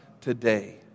today